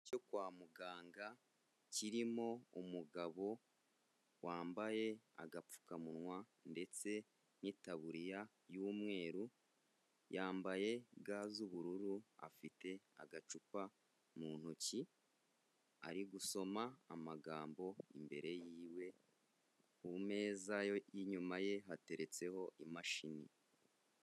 Cyo kwa muganga kirimo umugabo wambaye agapfukamunwa ndetse n'itaburiya y'umweru, yambaye ga z'ubururu afite agacupa mu ntoki, ari gusoma amagambo imbere y'iwe ku meza yinyuma ye hateretseho imashini.